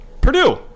Purdue